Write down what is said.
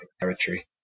territory